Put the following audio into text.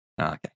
Okay